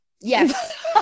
Yes